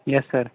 yes sir